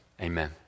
amen